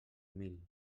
mil